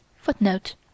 Footnote